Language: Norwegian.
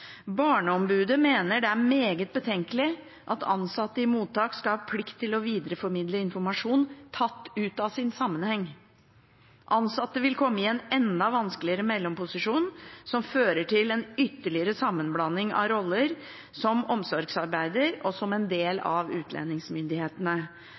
Barneombudet mener at «det er meget betenkelig at ansatte i mottak skal ha plikt til å videreformidle informasjon tatt ut av sin sammenheng. Ansatte vil komme i en enda vanskeligere mellomposisjon, som fører til en ytterligere sammenblanding av roller som omsorgsarbeider og som en